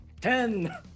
Ten